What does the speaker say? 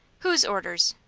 whose orders?